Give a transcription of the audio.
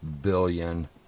billion